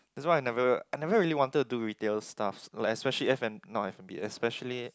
that's why I never I never really wanted to do retailer stuffs like especially F and not F and B especially